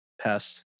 pass